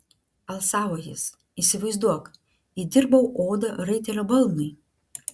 alsavo jis įsivaizduok įdirbau odą raitelio balnui